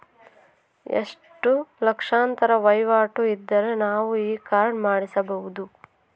ಎಷ್ಟು ಲಕ್ಷಾಂತರ ವಹಿವಾಟು ಇದ್ದರೆ ನಾವು ಈ ಕಾರ್ಡ್ ಮಾಡಿಸಬಹುದು?